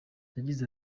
yagize